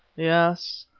yes,